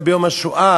אולי ביום השואה,